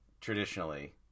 traditionally